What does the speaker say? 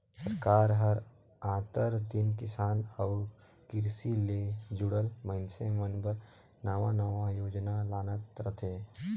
सरकार हर आंतर दिन किसान अउ किरसी ले जुड़ल मइनसे मन बर नावा नावा योजना लानत रहथे